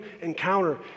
encounter